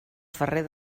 ferrer